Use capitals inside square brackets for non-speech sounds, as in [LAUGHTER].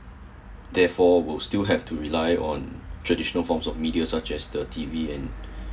therefore would still have relied on traditional forms of media such as the T_V and [BREATH]